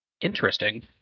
Interesting